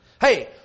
Hey